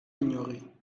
ignorée